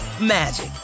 magic